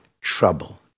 trouble